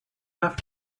have